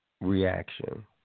reaction